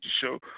show